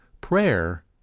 prayer